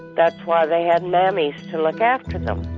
that's why they had mammies to look after them